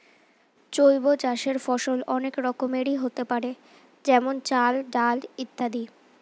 জৈব চাষের ফসল অনেক রকমেরই হতে পারে যেমন চাল, ডাল ইত্যাদি